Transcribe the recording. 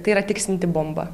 tai yra tiksinti bomba